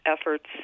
efforts